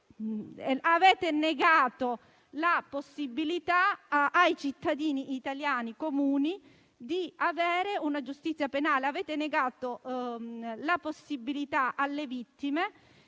Avete negato la possibilità ai cittadini italiani comuni di avere una giustizia penale. Avete negato la possibilità alle vittime